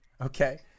Okay